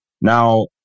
Now